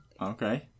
Okay